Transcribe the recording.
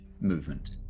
movement